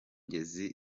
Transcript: bizimana